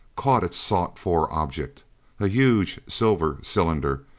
caught its sought-for object a huge silver cylinder,